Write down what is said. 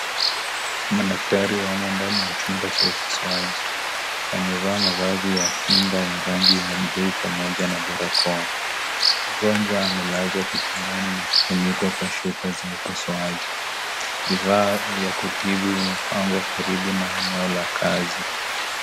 Madaktari wamo ndani ya chumba cha upasuaji. Wamevaa mavazi ya kinga ya rangi ya bluu pamoja na barakoa. Mgonjwa amelazwa kitandani na kufunikwa kwa shuka za upasuaji. Vifaa vya kutibu vimepangwa karibu na eneo la kazi.